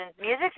Music